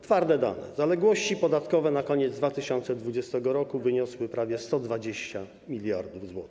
Twarde dane: zaległości podatkowe na koniec 2020 r. wyniosły prawie 120 mld zł.